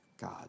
God